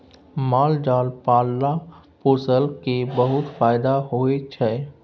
माल जाल पालला पोसला केर बहुत फाएदा होइ छै